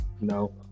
no